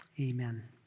Amen